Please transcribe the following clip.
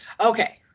Okay